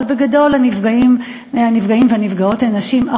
אבל בגדול הנפגעים והנפגעות הם נשים,